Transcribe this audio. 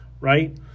right